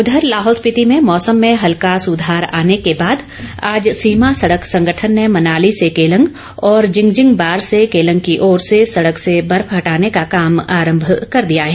उधर लाहौल स्पीति में मौसम में हल्का सुधार आने के बाद आज सीमा सड़क संगठन ने मनाली से केलंग और जिंगजिंगबार से केलंग की ओर सड़क से बर्फ हटाने का काम आरंभ कर दिया है